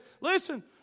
Listen